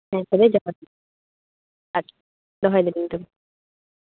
ᱦᱮᱸ ᱛᱚᱵᱮ ᱡᱚᱦᱟᱨ ᱜᱮ ᱟᱪᱪᱷᱟ ᱫᱚᱦᱚᱭ ᱫᱟᱞᱤᱧ ᱛᱚᱵᱮ